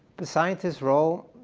the scientists' role